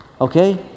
okay